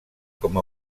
com